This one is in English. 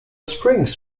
springs